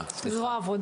העבודה